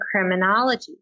criminology